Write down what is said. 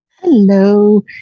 Hello